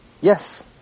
Yes